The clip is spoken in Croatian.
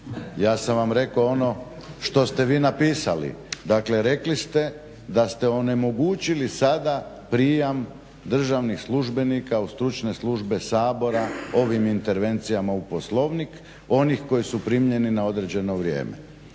ja sam vam rekao ono što ste vi napisali. Dakle, rekli ste da ste onemogućili sada prijam državnih službenika u stručne službe Sabora ovim intervencijama u Poslovnik, onih koji su primljeni na određeno vrijeme.